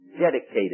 dedicated